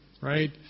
right